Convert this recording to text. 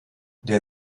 der